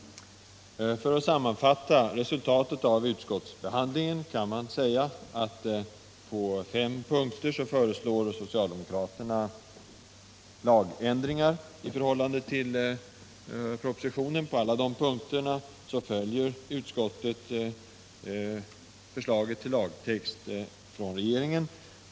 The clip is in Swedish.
För att sammanfatta resultatet av utskottsbehandlingen: På fem punkter föreslår socialdemokraterna lagändringar i förhållande till propositionen. På alla dessa punkter följer utskottet regeringens förslag till lagtext.